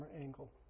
angle